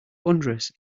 wondrous